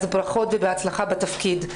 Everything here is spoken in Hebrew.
אז ברכות ובהצלחה בתפקיד.